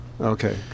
Okay